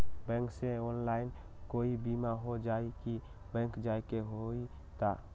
Bank से online कोई बिमा हो जाई कि बैंक जाए के होई त?